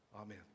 Amen